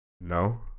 No